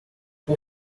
por